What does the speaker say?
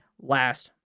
last